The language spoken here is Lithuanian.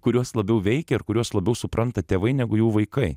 kurios labiau veikia ar kuriuos labiau supranta tėvai negu jų vaikai